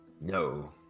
No